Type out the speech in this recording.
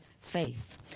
faith